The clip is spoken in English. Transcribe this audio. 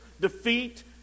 defeat